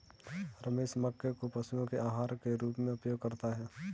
रमेश मक्के को पशुओं के आहार के रूप में उपयोग करता है